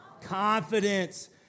confidence